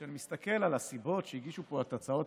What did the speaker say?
אני מסתכל על הסיבות שהגישו פה את הצעות